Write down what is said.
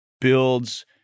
builds